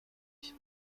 ich